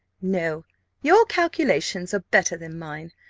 no your calculations are better than mine.